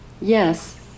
Yes